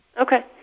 Okay